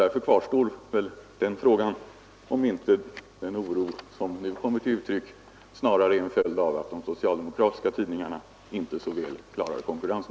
Därför kvarstår nog den frågan, om inte den oro som nu kommer till uttryck snarare är en följd av att de socialdemokratiska tidningarna inte så väl klarar konkurrensen.